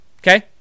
okay